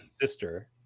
sister